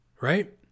Right